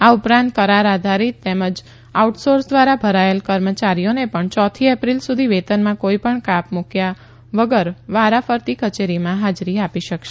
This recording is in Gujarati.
આ ઉપરાંત કરાર આધારિત તેમજ આઉટ સોર્સ ધ્વારા ભરાયેલ કર્મચારીઓને પણ યોથી એપ્રિલ સુધી વેતનમાં કોઇપણ કાપ મુકયા સિવાય વારાફરથી કચેરીમાં હાજરી આપી શકશે